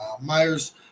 Myers –